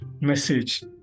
message